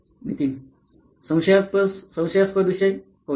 नितीन संशयास्पद विषय होय